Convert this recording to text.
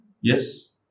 Yes